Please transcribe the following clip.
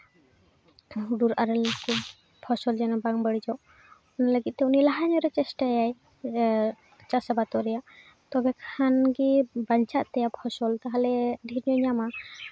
ᱦᱩᱰᱩᱨ ᱟᱨᱮᱞ ᱠᱚ ᱯᱷᱚᱥᱚᱞ ᱡᱮᱱᱚ ᱵᱟᱝ ᱵᱟᱹᱲᱤᱡᱚᱜ ᱞᱟᱹᱜᱤᱫ ᱛᱮ ᱞᱟᱦᱟ ᱧᱚᱜ ᱨᱮ ᱪᱮᱥᱴᱟᱭᱟᱭ ᱪᱟᱥ ᱟᱵᱟᱫᱚᱜ ᱨᱮᱭᱟᱜ ᱛᱚᱵᱮ ᱠᱷᱟᱱ ᱜᱮ ᱵᱟᱧᱪᱟᱜ ᱛᱟᱭᱟ ᱯᱷᱚᱥᱚᱞ ᱛᱟᱦᱚᱞᱮ ᱰᱷᱮᱨ ᱧᱚᱜ ᱮ ᱧᱟᱢᱟ